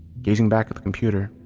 gazing back at the computer,